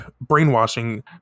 brainwashing